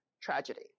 tragedy